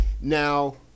now